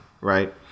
right